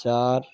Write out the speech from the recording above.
চার